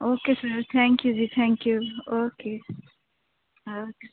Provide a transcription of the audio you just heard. okay sir thank you ਜੀ thank you okay okay